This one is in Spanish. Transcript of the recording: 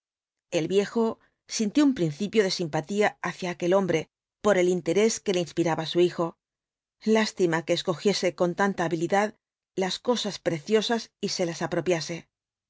el viejo sintió un principio de simpatía hacia aquel hombre por el interés que le inspiraba su hijo lástima que escogiese con tanta habilidad las cosas preciosas y se las apropiase